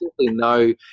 no